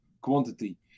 quantity